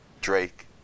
Drake